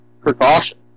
precaution